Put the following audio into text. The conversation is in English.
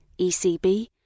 ECB